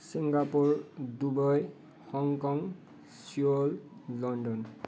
Singapore Dubai Hong Kong Seoul London